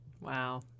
Wow